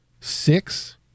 six